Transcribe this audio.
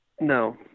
no